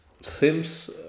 Sims